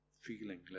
feeling